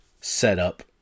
setup